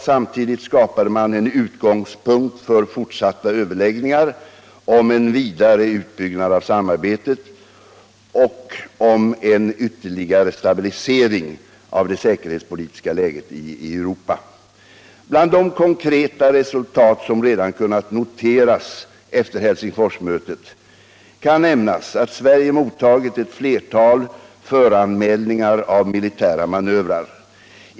Samtidigt skapade man en utgångspunkt för fortsatta överläggningar om en vidare utbyggnad av samarbetet och om en ytterligare stabilisering av det säkerhetspolitiska läget i Europa. | Bland de konkreta resultat som redan kunnat noteras efter Helsingforsmötet kan nämnas att Sverige mottagit ett flertal föranmälningar av militära manövrar.